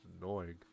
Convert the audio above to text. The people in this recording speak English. annoying